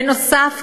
בנוסף,